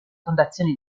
fondazione